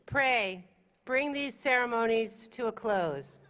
pray bring these ceremonies to a close.